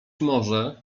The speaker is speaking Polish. może